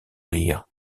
rire